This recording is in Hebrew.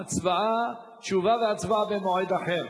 תשובה והצבעה במועד אחר.